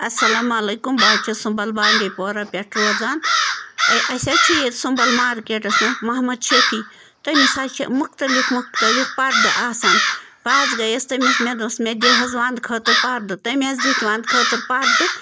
السلام علیکُم بہٕ حظ چھَس سُمبل بانڈی پورا پٮ۪ٹھ روزان اے اَسہِ حظ چھُ ییٚتہِ سُمبل مارکیٹس منٛز محمد شیفع تٔمِس حظ چھِ مختلف مختلف پردٕ آسان بہٕ حظ گٔیَس تٔمِس مےٚ دوٚپمَس مےٛ دِ حظ ونٛدٕ خٲطر پردٕ تٔمۍ حظ دِتۍ ونٛدٕ خٲطرٕ پردٕ